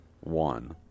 one